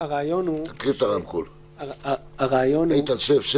מצלמים את